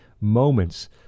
moments